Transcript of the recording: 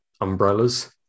umbrellas